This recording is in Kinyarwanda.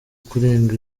kurenga